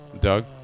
Doug